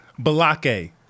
Balake